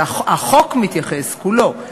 והחוק מתייחס כולו,